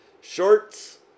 shorts